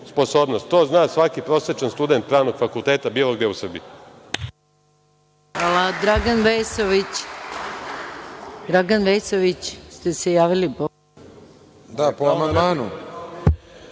To zna svaki prosečan student pravnog fakulteta bilo gde u Srbiji.